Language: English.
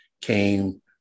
came